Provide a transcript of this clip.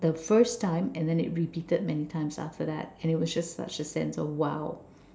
the first time and then it repeated many times after that and it was just such a sense of !wow!